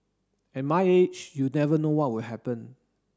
at my age you never know what will happen